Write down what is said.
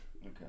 Okay